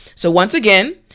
so once again,